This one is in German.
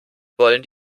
wollen